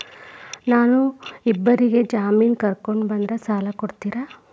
ನಾ ಇಬ್ಬರಿಗೆ ಜಾಮಿನ್ ಕರ್ಕೊಂಡ್ ಬಂದ್ರ ಸಾಲ ಕೊಡ್ತೇರಿ?